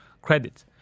credit